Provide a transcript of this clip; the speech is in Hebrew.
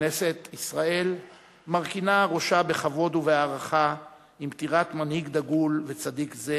כנסת ישראל מרכינה ראשה בכבוד ובהערכה עם פטירת מנהיג דגול וצדיק זה,